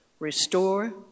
restore